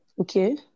Okay